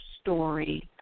story